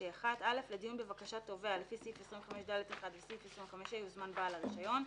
25ה1 (א)לדיון בבקשת תובע לפי סעיף 25ד1 וסעיף 25ה יזומן בעל הרישיון.